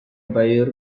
bailleur